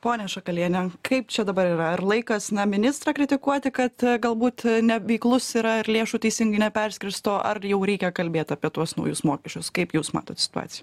ponia šakaliene kaip čia dabar yra ar laikas na ministrą kritikuoti kad galbūt neveiklus yra ir lėšų teisingai neperskirsto ar jau reikia kalbėt apie tuos naujus mokesčius kaip jūs matot situaciją